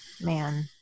man